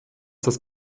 das